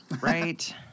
right